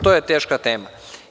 To je teška tema.